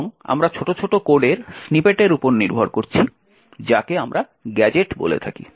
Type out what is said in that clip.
বরং আমরা ছোট ছোট কোডের স্নিপেটের উপর নির্ভর করছি যাকে আমরা গ্যাজেট বলে থাকি